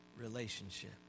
relationship